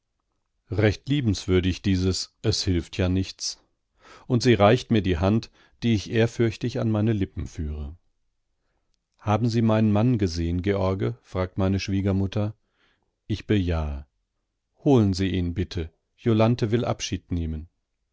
recht liebenswürdig dieses es hilft ja nichts und sie reicht mir die hand die ich ehrfürchtig an meine lippen führe haben sie meinen mann gesehen george fragt meine schwiegermutter ich bejahe holen sie ihn bitte jolanthe will abschied nehmen